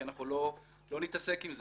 כי לא נתעסק עם זה.